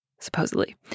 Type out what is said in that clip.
Supposedly